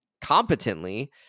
competently